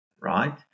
right